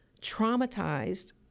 traumatized